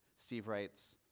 steve writes,